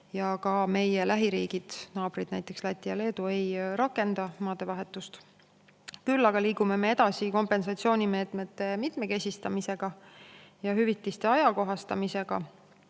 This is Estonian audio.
Ka meie lähiriigid, naabrid, näiteks Läti ja Leedu, ei rakenda maadevahetust. Küll aga liigume me edasi kompensatsioonimeetmete mitmekesistamisega ja hüvitiste ajakohastamisega.